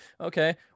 okay